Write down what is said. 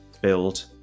build